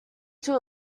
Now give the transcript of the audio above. two